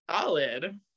solid